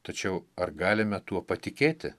tačiau ar galime tuo patikėti